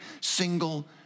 single